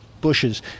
bushes